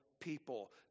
people